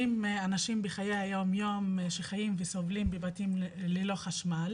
בחיי היום יום שחיים וסובלים בבתים ללא חשמל.